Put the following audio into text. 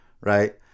Right